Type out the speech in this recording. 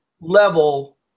Level